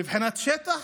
מבחינת שטח,